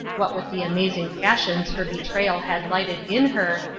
what with the amazing passions her betrayal had lighted in her,